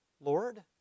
Lord